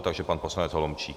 Takže pan poslanec Holomčík.